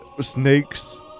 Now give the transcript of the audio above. Snakes